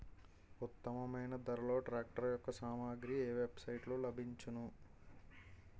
ఉత్తమమైన ధరలో ట్రాక్టర్ యెక్క సామాగ్రి ఏ వెబ్ సైట్ లో లభించును?